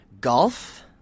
golf